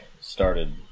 started